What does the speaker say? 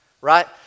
right